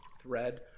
thread